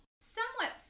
somewhat